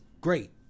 great